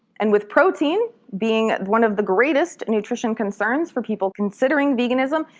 and with protein being one of the greatest nutrition concerns for people considering veganism,